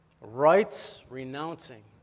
rights-renouncing